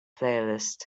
playlist